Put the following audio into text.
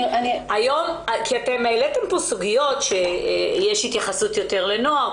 כי אתם העליתם פה סוגיות שיש התייחסות יותר לנוער,